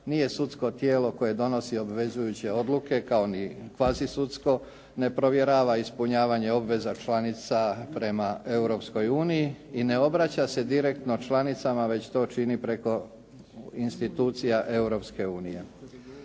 nije sudsko tijelo koje donosi obvezujuće odluke, kao ni kvazi sudsko, ne provjerava ispunjavanje obveza članica prema Europskoj uniji i ne obraća se direktno članicama, već to čini preko institucija